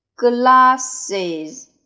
Glasses